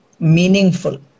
meaningful